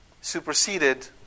superseded